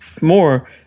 more